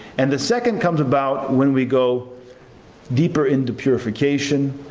and the second comes about when we go deeper into purification,